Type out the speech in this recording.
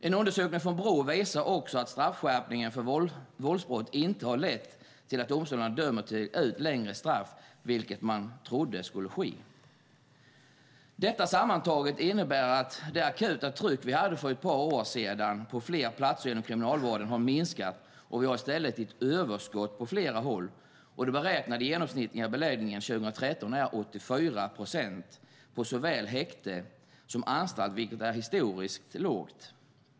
En undersökning från Brå visar också att straffskärpningen för våldsbrott inte har lett till att domstolarna dömer ut längre straff, vilket man trodde skulle ske. Detta sammantaget innebär att det akuta tryck vi hade för ett par år sedan på fler platser inom Kriminalvården har minskat, och vi har i stället ett överskott på flera håll. Den beräknade genomsnittliga beläggningen 2013 är 84 procent på såväl häkte som anstalt, vilket är historiskt lågt.